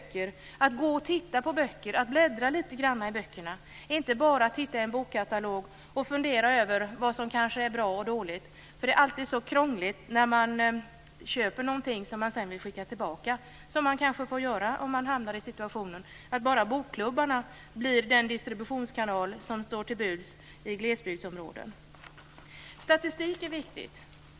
Det är viktigt med möjligheten att gå och titta på böcker, att bläddra litet grand i böckerna, och inte bara titta i en bokkatalog och fundera över vad som kanske är bra och dåligt. Det är alltid så krångligt när man köper någonting som man sedan vill skicka tillbaka. Det får man kanske göra om man hamnar i den situationen att bokklubbarna blir den enda distributionskanal som står till buds i glesbygdsområden. Statistik är viktigt.